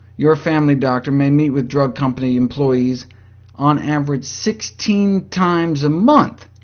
your family doctor may meet with drug company employees on average, sixteen times a month.